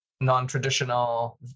non-traditional